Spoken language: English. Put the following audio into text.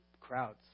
Crowds